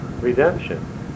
redemption